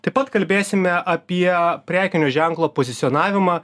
taip pat kalbėsime apie prekinio ženklo pozicionavimą